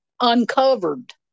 uncovered